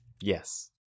Yes